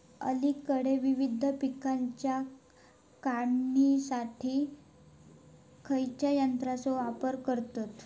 अलीकडे विविध पीकांच्या काढणीसाठी खयाच्या यंत्राचो वापर करतत?